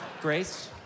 grace